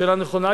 שאלה נכונה,